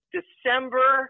December